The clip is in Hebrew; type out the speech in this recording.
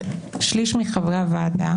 שליש מחברי הוועדה,